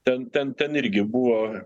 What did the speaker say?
ten ten ten irgi buvo